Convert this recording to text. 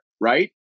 right